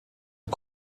are